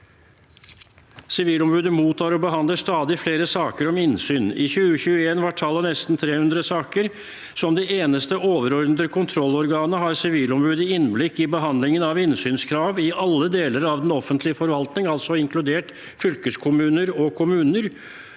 «Sivilombudet mottar og behandler stadig flere saker om innsyn, i 2021 var tallet nesten 300 saker. Som det eneste overordnede kontrollorganet har Sivilombudet innblikk i behandlingen av innsynskrav i alle deler av den offentlige forvaltningen.» Altså er fylkeskommuner og kommuner